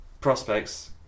prospects